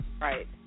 Right